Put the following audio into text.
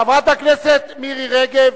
חברת הכנסת מירי רגב,